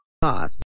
boss